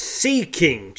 seeking